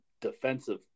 defensive